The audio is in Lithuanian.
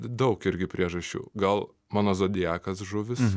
daug irgi priežasčių gal mano zodiakas žuvys